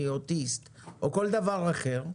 אני אוטיסט או כל דבר אחר,